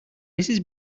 mrs